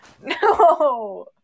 No